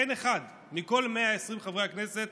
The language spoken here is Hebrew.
אין אחד מכל 120 חברי הכנסת